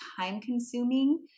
time-consuming